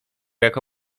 jako